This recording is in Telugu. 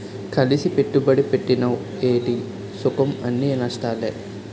కలిసి పెట్టుబడి పెట్టినవ్ ఏటి సుఖంఅన్నీ నష్టాలే